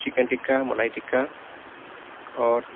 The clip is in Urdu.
چکن ٹکہ ملائی ٹکہ اور